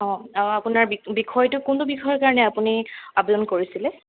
অঁ আপোনাৰ বিষয়টো কোনটো বিষয়ৰ কাৰণে আপুনি আবেদন কৰিছিলে